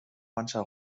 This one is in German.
mancher